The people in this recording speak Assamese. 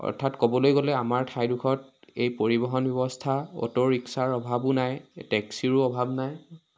অৰ্থাৎ ক'বলৈ গ'লে আমাৰ ঠাইডোখৰত এই পৰিৱহণ ব্যৱস্থা অটো ৰিক্সাৰ অভাৱো নাই টেক্সিৰো অভাৱ নাই